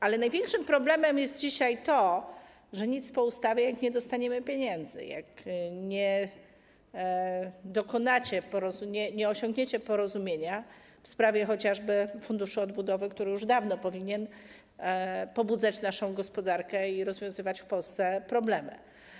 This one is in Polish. Ale największym problemem jest dzisiaj to, że nic po ustawie, jak nie dostaniemy pieniędzy, jak nie dokonacie porozumienia, nie osiągnięcie porozumienia w sprawie chociażby Funduszu Odbudowy, który już dawno powinien pobudzać naszą gospodarkę i rozwiązywać w Polsce problemy.